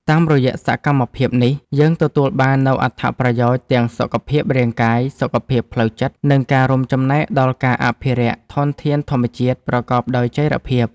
តាមរយៈសកម្មភាពនេះ យើងទទួលបាននូវអត្ថប្រយោជន៍ទាំងសុខភាពរាងកាយ សុខភាពផ្លូវចិត្ត និងការរួមចំណែកដល់ការអភិរក្សធនធានធម្មជាតិប្រកបដោយចីរភាព។